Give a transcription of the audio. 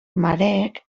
mareek